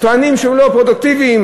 טוענים שהוא לא פרודוקטיבי,